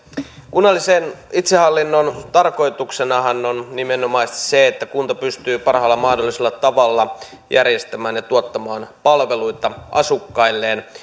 kunnallisen itsehallinnon tarkoituksenahan on nimenomaisesti se että kunta pystyy parhaalla mahdollisella tavalla järjestämään ja tuottamaan palveluita asukkailleen